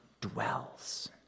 dwells